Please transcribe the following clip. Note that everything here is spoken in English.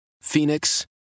Phoenix